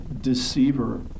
deceiver